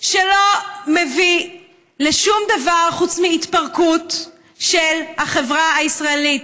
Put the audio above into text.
שלא מביא לשום דבר חוץ מהתפרקות של החברה הישראלית.